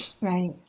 Right